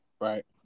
right